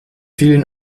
vielen